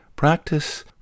Practice